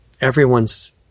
everyone's